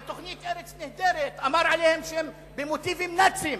על התוכנית "ארץ נהדרת" אמר עליהם שהם משתמשים במוטיבים נאציים